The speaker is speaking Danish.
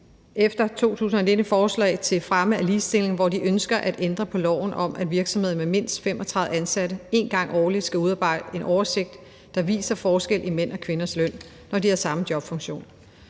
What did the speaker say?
efter 2019 et forslag til fremme af ligestilling, hvor de ønsker at ændre på loven om, at virksomheder med mindst 35 ansatte en gang årligt skal udarbejde en oversigt, der viser forskel i mænd og kvinders løn, når de har samme jobfunktion.